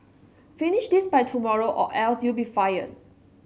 finish this by tomorrow or else you'll be fired